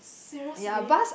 seriously